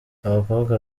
abakobwa